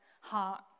heart